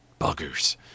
Buggers